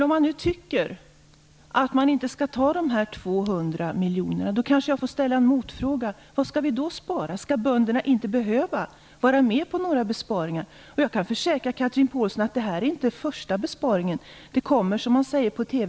Om man nu anser att vi inte skall spara dessa 200 miljoner, kan jag kanske få ställa en motfråga: Vad skall vi då spara på? Skall bönderna inte behöva vara med om några besparingar? Jag kan försäkra Chatrine Pålsson att detta inte är den första besparingen. Det kommer mera, som man säger på TV.